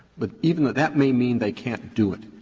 but even though that may mean they can't do it.